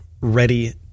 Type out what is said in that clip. ready